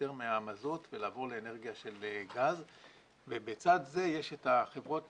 להיפטר מהמזוט ולעבור לאנרגיה של גז ובצד זה יש את חברות